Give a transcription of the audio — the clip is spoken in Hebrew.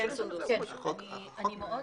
אני מאוד